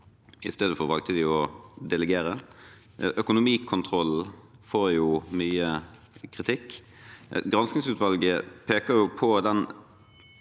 Istedenfor valgte de å delegere. Økonomikontrollen får mye kritikk. Granskningsutvalget peker på den